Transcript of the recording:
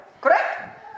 Correct